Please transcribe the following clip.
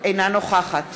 אינה נוכחת